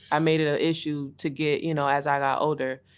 i made it a issue to get you know as i got older,